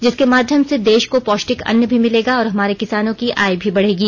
जिसके माध्यम से देश को पौष्टिक अन्न भी मिलेगा और हमारे किसानों की आय भी बढ़ेगी